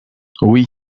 oui